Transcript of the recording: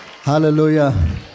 Hallelujah